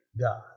God